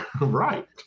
Right